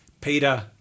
Peter